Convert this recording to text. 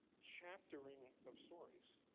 chaptering of stories.